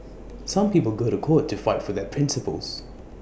some people go to court to fight for their principles